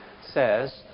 says